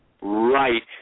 Right